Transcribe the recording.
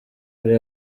ari